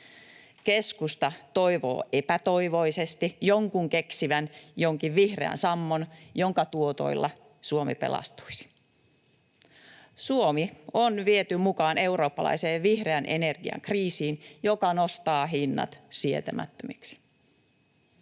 Keskusta toivoo epätoivoisesti jonkun keksivän jonkin vihreän sammon, jonka tuotoilla Suomi pelastuisi. Suomi on viety mukaan eurooppalaiseen vihreän energian kriisiin, joka nostaa hinnat sietämättömiksi.